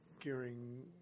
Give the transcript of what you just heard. gearing